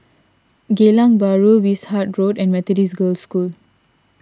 Geylang Bahru Wishart Road and Methodist Girls' School